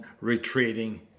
retreating